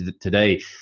today